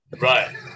right